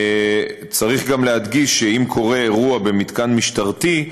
צריך גם להדגיש שאם קורה אירוע במתקן משטרתי,